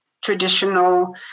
traditional